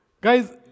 Guys